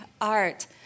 art